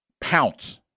pounce